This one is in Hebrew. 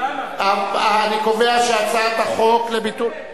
אני קובע שהצעת החוק לביטול, למה?